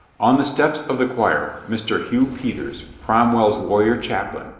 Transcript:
on the steps of the choir, mr, hugh peters, crom well's warrior chaplain,